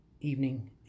evening